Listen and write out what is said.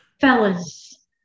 fellas